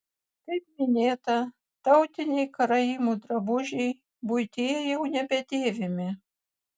kaip minėta tautiniai karaimų drabužiai buityje jau nebedėvimi